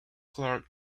clark